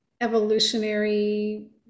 evolutionary